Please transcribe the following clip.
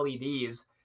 LEDs